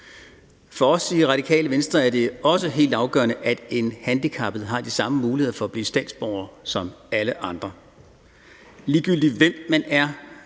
For os i Radikale Venstre er det også helt afgørende, at en handicappet har de samme muligheder for at blive statsborger som alle andre. Ligegyldigt hvem man er,